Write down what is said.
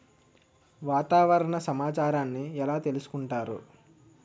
వాతావరణ సమాచారాన్ని ఎలా తెలుసుకుంటారు?